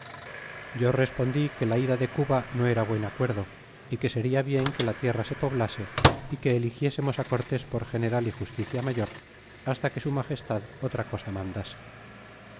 yo respondí que la ida de cuba no era buen acuerdo y que seria bien que la tierra se poblase é que eligiésemos cortés por general y justicia mayor hasta que su magestad otra cosa mandase